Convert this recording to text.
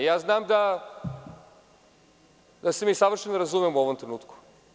Znam da se savršeno razumemo u ovom trenutku.